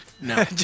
No